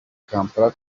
kampala